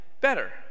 better